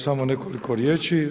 Samo nekoliko riječi.